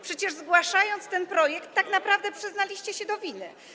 Przecież zgłaszając ten projekt, tak naprawdę przyznaliście się do winy.